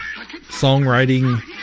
songwriting